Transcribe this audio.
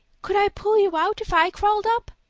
could i pull you out if i crawled up?